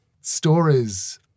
stories